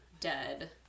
dead